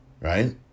Right